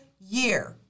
year